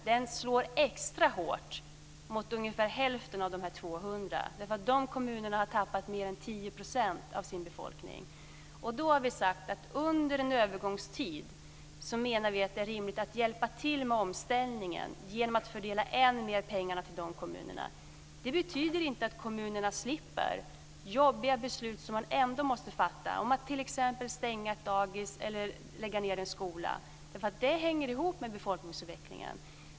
Den slår extra hårt mot ungefär hälften av de 200 kommunerna, därför att de har tappat mer än 10 % av sin befolkning. Därför har vi sagt att vi menar att det är rimligt att under en övergångstid hjälpa till med omställningen genom att fördela än mer pengar till dessa kommuner. Det betyder inte att kommunerna slipper jobbiga beslut som de ändå måste fatta om att t.ex. stänga ett dagis eller lägga ned en skola, därför att det hänger ihop med befolkningsutvecklingen.